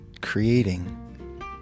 creating